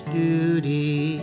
duty